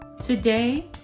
Today